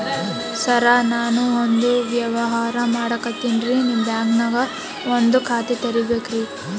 ಸರ ನಾನು ಒಂದು ವ್ಯವಹಾರ ಮಾಡಕತಿನ್ರಿ, ನಿಮ್ ಬ್ಯಾಂಕನಗ ಒಂದು ಖಾತ ತೆರಿಬೇಕ್ರಿ?